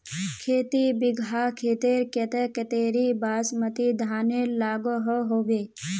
खेती बिगहा खेतेर केते कतेरी बासमती धानेर लागोहो होबे?